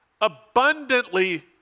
abundantly